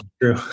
true